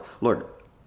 look